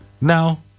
Now